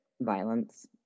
violence